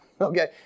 Okay